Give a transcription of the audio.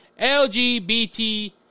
LGBT